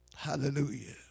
Hallelujah